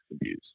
abuse